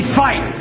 fight